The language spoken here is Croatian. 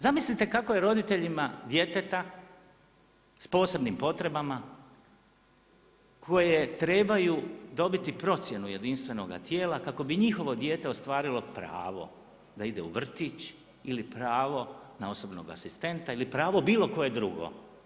Zamislite kako je roditeljima djeteta s posebnim potrebama koje trebaju dobiti procjenu jedinstvenoga tijela kako bi njihovo dijete ostvarilo pravo da ide u vrtić ili pravo na osobno asistenta ili pravo bilo koje drugo.